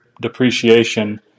depreciation